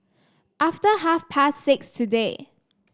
after half past six today